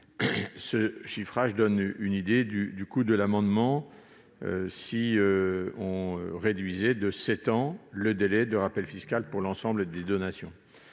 Ce chiffrage donne une idée du coût de l'amendement, si nous réduisions de sept ans le délai de rappel fiscal pour l'ensemble des donations.